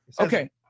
Okay